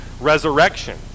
resurrection